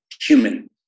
human